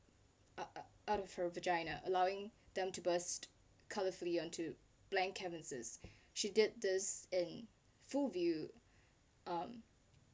uh out of her vagina allowing them to burst colourfully unto blank canvas as she did this in full view um